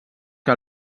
que